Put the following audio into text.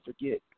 forget